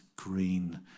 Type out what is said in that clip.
green